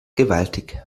gewaltig